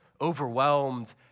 overwhelmed